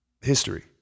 History